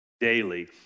daily